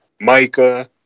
Micah